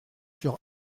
sur